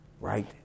right